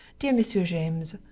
dear monsieur james,